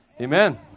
Amen